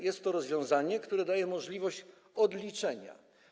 Jest to rozwiązanie, które daje możliwość odliczenia.